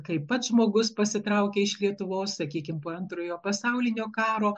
kai pats žmogus pasitraukia iš lietuvos sakykim po antrojo pasaulinio karo